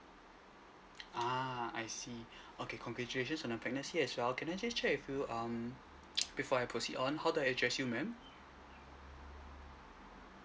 ah I see okay congratulations on the pregnancy as well can I just check with you um before I proceed on how do I address you madam